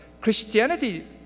Christianity